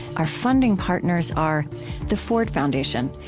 our funding partners are the ford foundation,